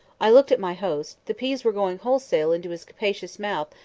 i looked at my host the peas were going wholesale into his capacious mouth,